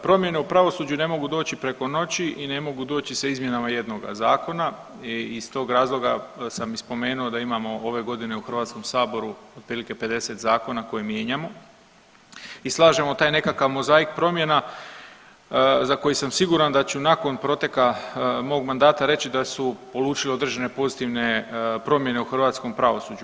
Promjene u pravosuđu ne mogu doći preko noći i ne mogu doći sa izmjenama jednoga zakona i iz tog razloga sam i spomenuo da imamo ove godine u HS otprilike 50 zakona koje mijenjamo i slažemo taj nekakav mozaik promjena za koji sam siguran da ću nakon proteka mog mandata reći da su polučili određene pozitivne promjene u hrvatskom pravosuđu.